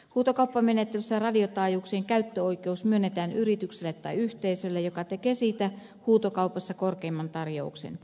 huutokauppamenettelyssä radiotaajuuksien käyttöoikeus myönnetään yritykselle tai yhteisölle joka tekee siitä huutokaupassa korkeimman tarjouksen